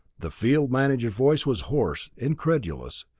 the field manager's voice was hoarse, incredulous.